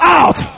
out